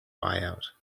buyout